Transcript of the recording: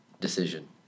decision